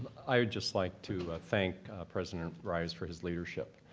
i'd just like to thank president rives for his leadership.